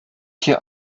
hier